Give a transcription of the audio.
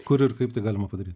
kur ir kaip tai galima padaryt